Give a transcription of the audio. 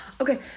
Okay